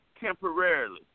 temporarily